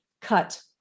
cut